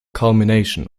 culmination